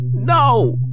No